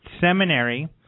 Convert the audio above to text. seminary